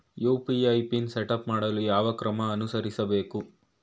UPI PIN setup ಮಾಡಲು ಯಾವ ಕ್ರಮ ಅನುಸರಿಸಬೇಕು?